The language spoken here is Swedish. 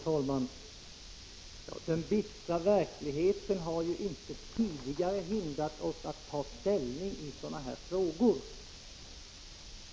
Herr talman! En bister verklighet har inte tidigare hindrat oss från att ta ställning i sådana här frågor.